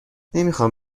نمیخوام